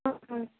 অঁ হয়